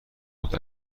بود